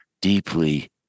deeply